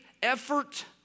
Effort